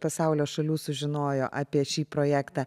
pasaulio šalių sužinojo apie šį projektą